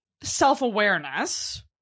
self-awareness